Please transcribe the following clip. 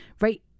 right